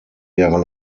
jahre